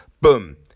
Boom